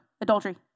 adultery